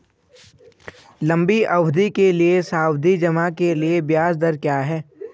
लंबी अवधि के सावधि जमा के लिए ब्याज दर क्या है?